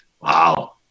Wow